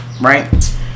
Right